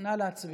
נא להצביע.